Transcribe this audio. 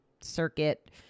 circuit